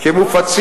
מה הוא אמר?